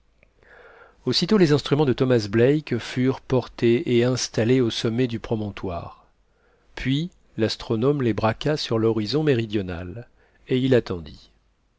aussitôt les instruments de thomas black furent portés et installés au sommet du promontoire puis l'astronome les braqua sur l'horizon méridional et il attendit